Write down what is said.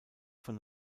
von